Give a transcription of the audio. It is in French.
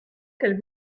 qu’elle